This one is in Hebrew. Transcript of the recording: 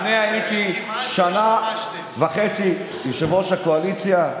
הייתי שנה וחצי יושב-ראש קואליציה.